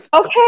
Okay